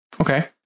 Okay